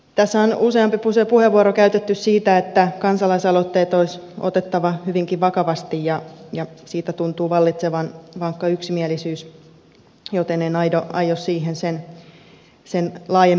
tässä on useampi puheenvuoro käytetty siitä että kansalaisaloitteet olisi otettava hyvinkin vakavasti ja siitä tuntuu vallitsevan vankka yksimielisyys joten en aio siihen sen laajemmin mennä